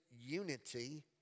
unity